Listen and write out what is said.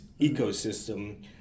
ecosystem